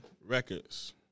Records